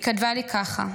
היא כתבה לי ככה: